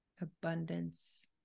abundance